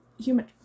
human